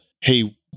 hey